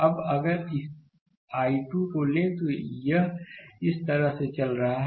अब अगर इस I2 को लें तो यह इस तरह से चल रहा है